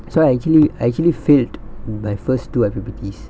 so I actually I actually failed my first two I_P_P_T